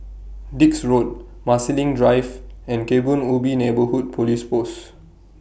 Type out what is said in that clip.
Dix Road Marsiling Drive and Kebun Ubi Neighbourhood Police Post